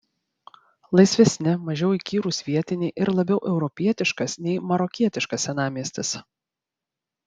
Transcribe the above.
laisvesni mažiau įkyrūs vietiniai ir labiau europietiškas nei marokietiškas senamiestis